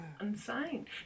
Insane